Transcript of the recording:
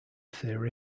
theory